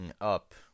up